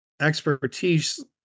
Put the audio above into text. expertise